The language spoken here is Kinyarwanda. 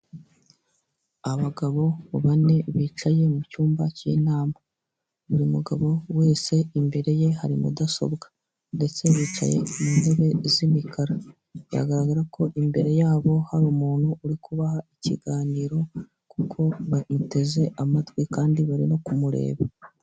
Abagabo bane bicaye mu cyumba cy'inama. Buri mugabo wese imbere ye hari mudasobwa ndetse bicaye mu ntebe z'imikara. Bigaragara ko imbere yabo hari umuntu uri kubaha ikiganiro kuko bamuteze amatwi kandi bari no kumureba.